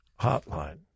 hotline